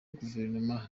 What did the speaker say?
guverinoma